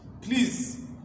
please